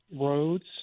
roads